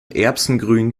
erbsengrün